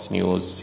News